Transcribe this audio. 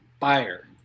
Fire